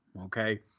okay